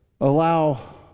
allow